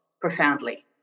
profoundly